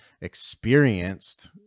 experienced